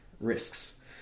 risks